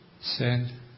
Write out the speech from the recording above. send